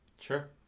Sure